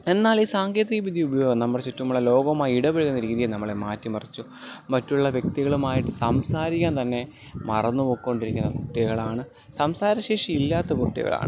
എന്നാൽ ഈ സാങ്കേതിക വിദ്യ ഉപയോഗം നമ്മുടെ ചുറ്റുമുള്ള ലോകവുമായി ഇടപഴകുന്ന രീതിയില് നമ്മളെ മാറ്റിമറിച്ചു മറ്റുള്ള വ്യക്തികളുമായിട്ട് സംസാരിക്കാൻ തന്നെ മറന്നു പോയിക്കൊണ്ടിരിക്കുന്ന കുട്ടികളാണ് സംസാരശേഷി ഇല്ലാത്ത കുട്ടികളാണ്